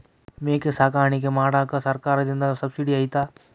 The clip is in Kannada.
ಮೇಕೆ ಸಾಕಾಣಿಕೆ ಮಾಡಾಕ ಸರ್ಕಾರದಿಂದ ಸಬ್ಸಿಡಿ ಐತಾ?